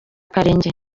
karenge